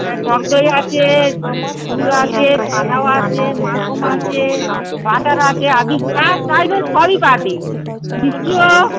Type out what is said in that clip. হ্যাঁ টকদই আছে দুধ আছে ছানাও আছে মাখন আছে বাটার আছে আপনি যা চাইবেন সবই পাবেন মিষ্টিও